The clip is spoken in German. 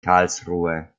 karlsruhe